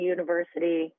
University